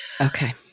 Okay